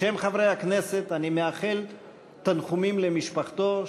בשם חברי הכנסת אני מאחל תנחומים למשפחתו,